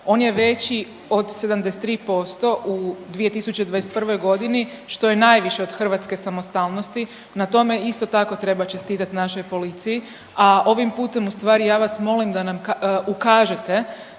On je veći od 73% u 2021. godini što je najviše od hrvatske samostalnosti. Na tome isto tako treba čestitati našoj policiji. A ovim putem ustvari ja vas molim da nam ukažete